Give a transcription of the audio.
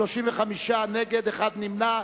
36 נגד, אין נמנעים.